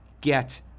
get